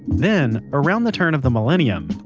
then, around the turn of the millennium,